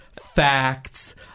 facts